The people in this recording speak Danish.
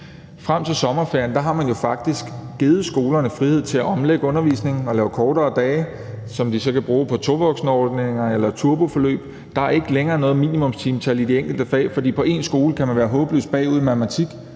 Frem til sommerferien har man jo faktisk givet skolerne frihed til at omlægge undervisningen og lave kortere dage, som de så kan bruge på tovoksenordninger eller turboforløb. Der er ikke længere noget minimumstimetal i de enkelte fag, for på én skole kan man være håbløst bagud i matematik,